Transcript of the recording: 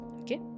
Okay